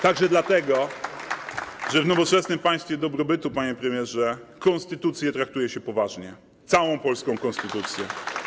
Także dlatego, że w nowoczesnym państwie dobrobytu, panie premierze, konstytucję traktuje się poważnie, całą polską konstytucję.